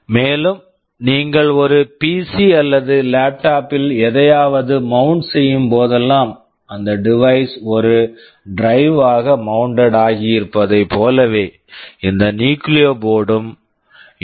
மேலும் நீங்கள் ஒரு பிசி PC அல்லது லேப்டாப் laptop ல் எதையாவது மவுண்ட் mount செய்யும்போதெல்லாம் அந்த டிவைஸ் device ஒரு டிரைவ் drive ஆக மவுண்ட்டட் mounted ஆகியிருப்பதைப் போலவே இந்த நியூக்ளியோ போர்டு nucleo board ம் யூ